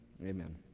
Amen